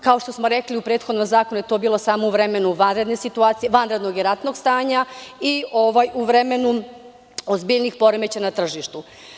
Kao što smo rekli, u prethodnom zakonu je to bilo samo u vremenu vanredne situacije, vanrednog i ratnog stanja i u vremenu ozbiljnih poremećaja na tržištu.